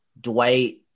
Dwight